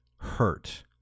hurt